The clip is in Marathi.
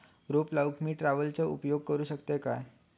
रोपा लाऊक मी ट्रावेलचो उपयोग करू शकतय काय?